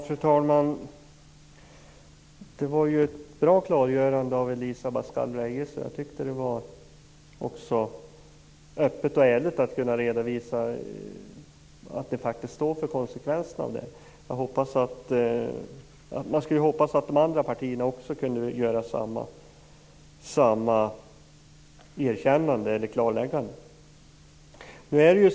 Fru talman! Det var ett bra klargörande av Elisa Abascal Reyes. Öppet och ärligt redovisade hon att man också kan stå för konsekvenserna. Man skulle hoppas att de andra partierna kunde göra liknande klarläggande.